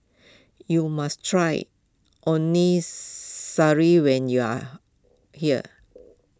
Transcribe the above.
you must try Onisari when you are here